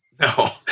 No